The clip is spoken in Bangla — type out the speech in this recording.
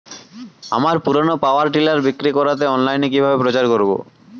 আমার পুরনো পাওয়ার টিলার বিক্রি করাতে অনলাইনে কিভাবে প্রচার করব?